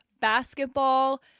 basketball